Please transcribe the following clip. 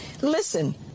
Listen